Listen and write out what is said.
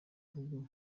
rugo